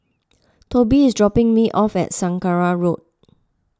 Tobie is dropping me off at Saraca Road